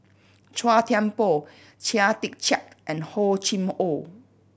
Chua Thian Poh Chia Tee Chiak and Hor Chim Or